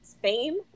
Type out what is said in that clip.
Fame